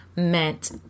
meant